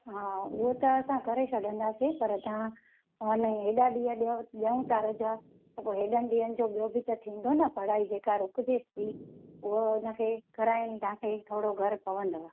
हा हूअ त असां करे छॾिंदासीं पर तव्हां अने एॾा ॾींहं ॾे ॾियूं था रज़ा त पोइ एॾनि ॾींहंनि जो ॿियो बि थींदो न पढ़ाई जेका रुकजेसि थी हूअ उनखे कराइणी तव्हांखे ई थोरो घरु पवंदव